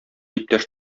иптәш